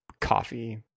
coffee